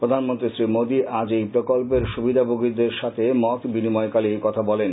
প্রধানমন্ত্রী শ্রী মোদি আজ এই প্রকল্পের সুবিধাভোগীদের সাথে মত বিনিময়কালে এই কথা বলেন